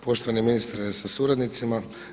Poštovani ministre sa suradnicima.